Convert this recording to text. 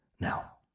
Now